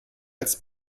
als